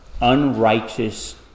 unrighteous